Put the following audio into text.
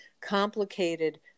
complicated